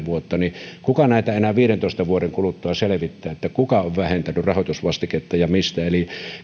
vuotta kuka näitä enää viidentoista vuoden kuluttua selvittää että kuka on vähentänyt rahoitusvastiketta ja mistä eli